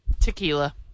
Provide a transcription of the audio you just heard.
Tequila